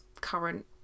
current